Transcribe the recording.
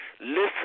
listen